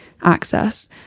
access